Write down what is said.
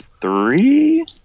three